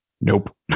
Nope